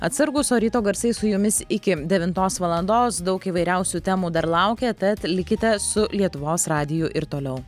atsargūs o ryto garsai su jumis iki devintos valandos daug įvairiausių temų dar laukia tad likite su lietuvos radiju ir toliau